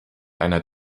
einer